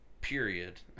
period